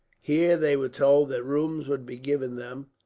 here they were told that rooms would be given them,